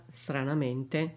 stranamente